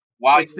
Wow